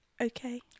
Okay